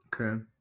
Okay